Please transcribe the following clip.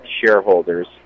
shareholders